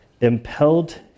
impelled